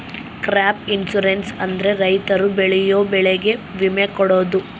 crop insurance ಅಂದ್ರೆ ರೈತರು ಬೆಳೆಯೋ ಬೆಳೆಗೆ ವಿಮೆ ಕೊಡೋದು